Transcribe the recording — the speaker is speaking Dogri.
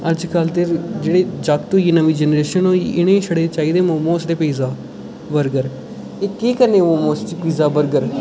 अजकल दे जागत होई गे उ'नें गी छडे़ चाहिदे पीज़ा ते मोमो बर्गर एह् केह् करने मोमोज ते पीज़ा बर्गर